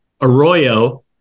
Arroyo